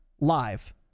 live